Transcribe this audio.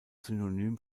synonym